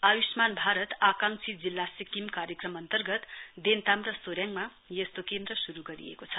आय्ष्मान भारत आंकाक्षी जिल्ला सिक्किम कार्यक्रम अन्तर्गत देन्ताम र सोरेङमा यस्तो केन्द्र श्रु गरिएको छ